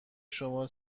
شما